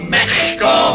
Mexico